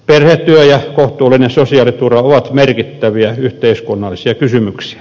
perhe työ ja kohtuullinen sosiaaliturva ovat merkittäviä yhteiskunnallisia kysymyksiä